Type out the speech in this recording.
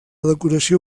decoració